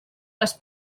les